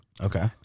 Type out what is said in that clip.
Okay